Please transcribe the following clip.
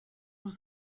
was